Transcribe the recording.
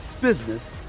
business